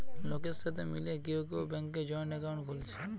লোকের সাথে মিলে কেউ কেউ ব্যাংকে জয়েন্ট একাউন্ট খুলছে